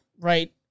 right